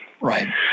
Right